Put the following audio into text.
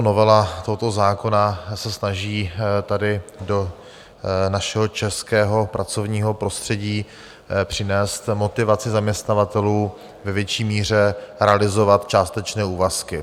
Novela tohoto zákona se snaží tady do našeho českého pracovního prostředí přinést motivaci zaměstnavatelů ve větší míře realizovat částečné úvazky.